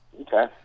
Okay